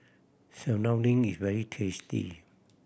serunding is very tasty